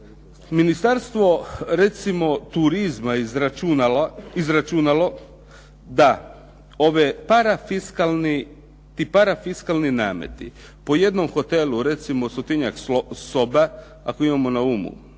Ministarstvo recimo turizma izračunalo je da ti parafiskalni nameti po jednom hotelu recimo stotinjak soba ako imamo na umu